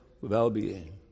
well-being